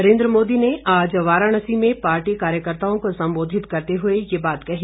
नरेन्द्र मोदी ने आज वाराणसी में पार्टी कार्यकर्ताओं को संबोधित करते हुए ये बात कही